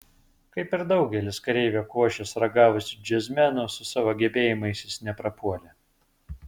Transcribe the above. kaip ir daugelis kareivio košės ragavusių džiazmenų su savo gebėjimais jis neprapuolė